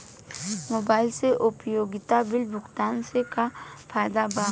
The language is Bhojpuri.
मोबाइल से उपयोगिता बिल भुगतान से का फायदा बा?